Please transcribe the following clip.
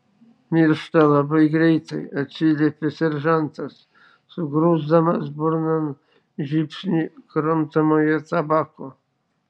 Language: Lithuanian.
miršta labai greitai atsiliepė seržantas sugrūsdamas burnon žiupsnį kramtomojo tabako